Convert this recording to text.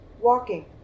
walking